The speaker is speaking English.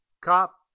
cop